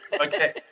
Okay